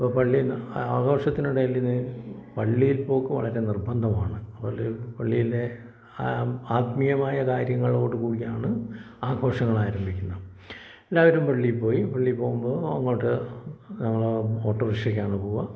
അപ്പോൾ പള്ളി എന്ന് ആഘോഷത്തിനിടയില് നിന്ന് പള്ളിയിൽ പോക്ക് വളരെ നിർബന്ധമാണ് പള്ളി പള്ളിയിലെ ആ ആത്മീയമായ കാര്യങ്ങളോട് കൂടിയാണ് ആഘോഷങ്ങൾ ആരംഭിക്കുന്നത് എല്ലാവരും പള്ളിയിൽ പോയി പള്ളിയിൽ പോകുമ്പോൾ അങ്ങോട്ട് നമ്മള് ഓട്ടോറിക്ഷക്കാണ് പോകുക